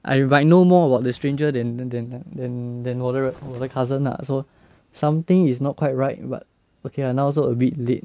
I might know more about the stranger than than than than 我的我的 cousin lah so something is not quite right but okay lah now also a bit late